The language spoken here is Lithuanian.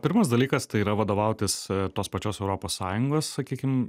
pirmas dalykas tai yra vadovautis tos pačios europos sąjungos sakykim